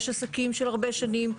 יש עסקים של הרבה שנים.